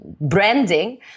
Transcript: branding